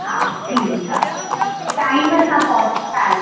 हा ठीकु आहे टाइम सां पहुचाइजो